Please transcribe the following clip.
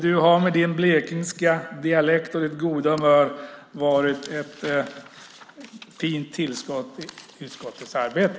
Du har med din blekingska dialekt och ditt goda humör varit ett fint tillskott i utskottets arbete!